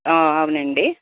అవునండి